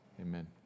Amen